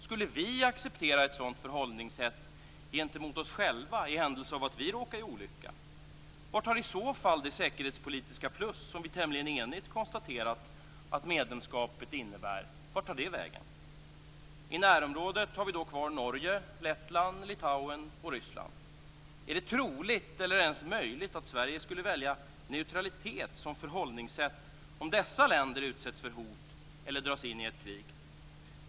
Skulle vi acceptera ett sådant förhållningssätt gentemot oss själva i händelse av att vi råkade i olycka? Vart tar i så fall det säkerhetspolitiska plus, som vi tämligen enigt konstaterat att medlemskapet innebär, vägen? I närområdet har vi då kvar Norge, Lettland, Litauen och Ryssland. Är det troligt eller ens möjligt att Sverige väljer neutralitet som förhållningssätt om dessa länder utsätts för hot eller dras in i ett krig?